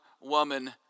woman